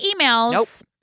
emails